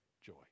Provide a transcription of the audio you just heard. joy